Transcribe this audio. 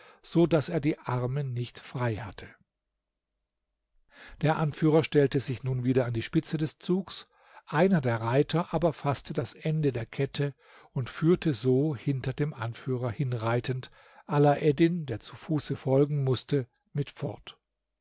so daß er die arme nicht frei hatte der anführer stellte sich nun wieder an die spitze des zugs einer der reiter aber faßte das ende der kette und führte so hinter dem anführer hinreitend alaeddin der zu fuße folgen mußte mit fort